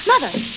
Mother